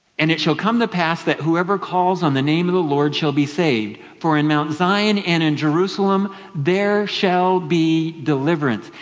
and it shall come to pass that whoever calls on the name of the lord shall be saved for in mount zion and in jerusalem there shall be deliverance.